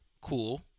Cool